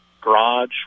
garage